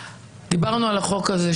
דיברנו על החוק הזה,